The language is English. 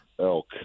elk